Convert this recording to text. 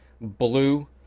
blue